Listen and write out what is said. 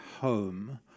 home